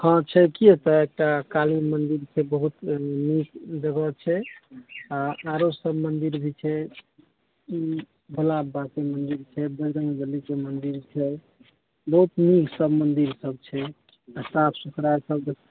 हँ छै की तऽ एकटा काली मंदिर छै बहुत नीक जगह छै आ आरो सब मंदिर भी छै उम्म भोलाबाबा के मंदिर छै बजरंग बली के मंदिर छै बहुत नीक सब मंदिर सब छै आ साफ सुथरा सब